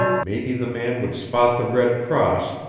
maybe the man would spot the red cross,